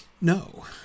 No